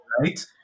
Right